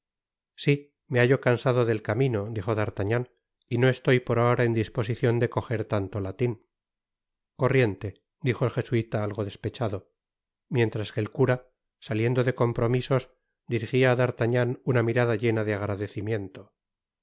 si me hallo cansado del camino dijo d'artagnan y no estoy por ahora en disposicion de cojer tanto latin corriente dijo el jesuita algo despechado mientras que el cura saliendo de compromisos dirigia á d'artagnan una mirada llena de agradecimiento